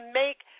make